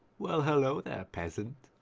well hello there peasant